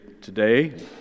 today